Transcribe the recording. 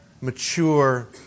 mature